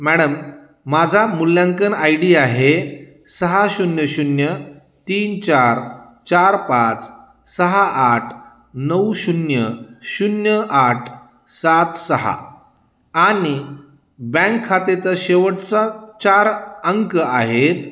madam माझा मूल्यांकन I D आहे सहा शून्य शून्य तीन चार चार पाच सहा आठ नऊ शून्य शून्य आठ सात सहा आणि बँक खातेचा शेवटचा चार अंक आहेत